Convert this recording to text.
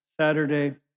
Saturday